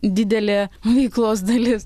didelė veiklos dalis